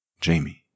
Jamie